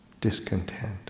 discontent